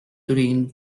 turín